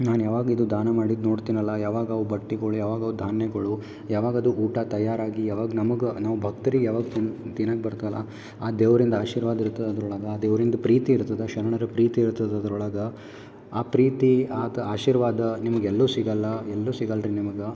ನಾನು ಯಾವಾಗಿದು ದಾನ ಮಾಡಿದ ನೋಡ್ತಿನಲ್ಲಾ ಯಾವಾಗವು ಬಟ್ಟೆಗೊಳಿ ಯಾವಾಗವು ಧಾನ್ಯಗಳು ಯಾವಾಗದು ಊಟ ತಯಾರಾಗಿ ಯಾವಾಗ ನಮ್ಗೆ ನಾವು ಭಕ್ತ್ರಿಗೆ ಯಾವಾಗ ತಿನ್ ತಿನ್ನಾಕ್ಕೆ ಬರ್ತಲ್ಲಾ ಆ ದೇವ್ರಿಂದು ಆಶೀರ್ವಾದ ಇರ್ತದೆ ಅದ್ರೊಳಗೆ ದೇವ್ರಿಂದ ಪ್ರೀತಿ ಇರ್ತದ ಶರಣರ ಪ್ರೀತಿ ಇರ್ತದ ಅದ್ರೊಳಗ ಆ ಪ್ರೀತಿ ಆತ ಆಶೀರ್ವಾದ ನಿಮಗೆಲ್ಲು ಸಿಗಲ್ಲ ಎಲ್ಲೂ ಸಿಗಲ್ರೀ ನಿಮಗೆ